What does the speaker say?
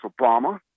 Obama